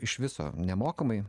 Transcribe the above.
iš viso nemokamai